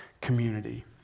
community